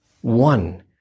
One